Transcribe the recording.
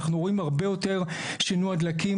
אנחנו רואים הרבה יותר שינוע דלקים,